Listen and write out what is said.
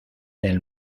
del